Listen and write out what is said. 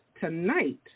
tonight